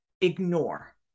ignore